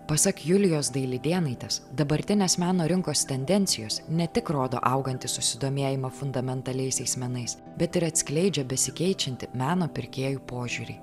pasak julijos dailidėnaitės dabartinės meno rinkos tendencijos ne tik rodo augantį susidomėjimą fundamentaliaisiais menais bet ir atskleidžia besikeičiantį meno pirkėjų požiūrį